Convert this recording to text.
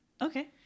okay